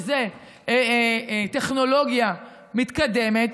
שזאת טכנולוגיה מתקדמת.